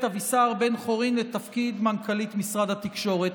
אבישר בן-חורין לתפקיד מנכ"לית משרד התקשורת.